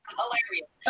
hilarious